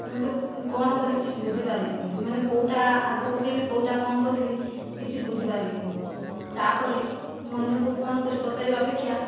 ମୁଁ ତ କ'ଣ କରିବି କିଛି ବୁଝିପାରିଲିନାହିଁ ମାନେ କେଉଁଟା ଆଗ ପକାଇବି କେଉଁଟା କ'ଣ କରିବି କିଛି ବୁଝିପାରିଲିନାହିଁ ତା'ପରେ ମୁଁ ଅନ୍ୟକୁ ଫୋନ୍ କରି ପଚାରିବା ଅପେକ୍ଷା